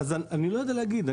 אני לא יודע להגיד.